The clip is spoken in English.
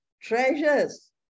treasures